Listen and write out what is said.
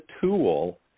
tool